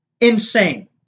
Insane